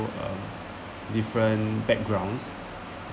uh different backgrounds